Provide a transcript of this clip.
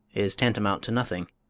is tantamount to nothing.